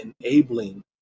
enabling